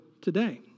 today